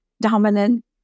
dominant